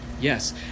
Yes